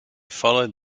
followed